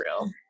real